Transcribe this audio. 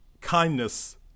kindness